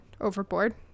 overboard